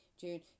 June